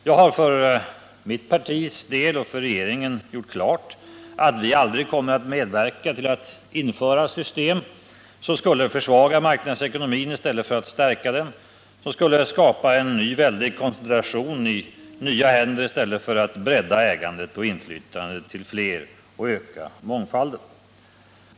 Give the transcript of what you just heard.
Jag har för mitt partis och för regeringens del gjort klart att vi aldrig kommer att medverka till införande av ett system som skulle försvaga marknadsekonomin i stället för att stärka den, ett system som skulle skapa en ny väldig koncentration i nya händer i stället för att bredda ägandet och inflytandet till flera och öka mångfalden.